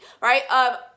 right